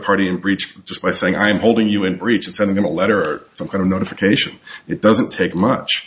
party in breach just by saying i'm holding you in breach and sending a letter or some kind of notification it doesn't take much